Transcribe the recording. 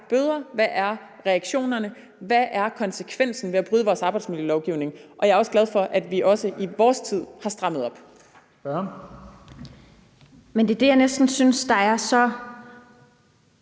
Hvad er bøderne? Hvad er reaktionerne? Hvad er konsekvensen ved at bryde vores arbejdsmiljølovgivning? Og jeg er også glad for, at vi også i vores tid har strammet op.